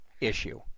issue